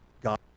God